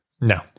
No